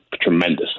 tremendous